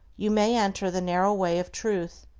you may enter the narrow way of truth,